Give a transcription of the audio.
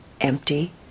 empty